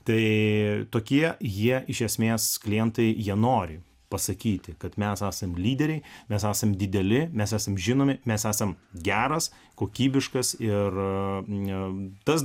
tai tokie jie iš esmės klientai jie nori pasakyti kad mes esam lyderiai nes esam dideli mes esam žinomi mes esam geras kokybiškas ir tas